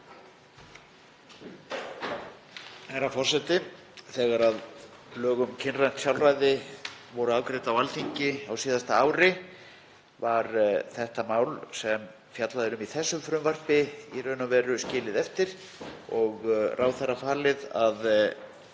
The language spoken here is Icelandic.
Þegar lög um kynrænt sjálfræði voru afgreidd á Alþingi á síðasta ári var það mál sem fjallað er um í þessu frumvarpi í raun og veru skilið eftir og ráðherra falið að